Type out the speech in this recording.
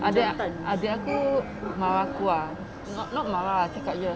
adik adik aku marah aku ah not not marah cakap jer